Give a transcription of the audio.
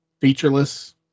featureless